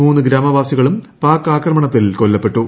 മൂന്ന് ഗ്രാമവാസികളും പാക് ആക്രമണത്തിൽ കൊല്ലപ്പെട്ടു